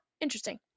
interesting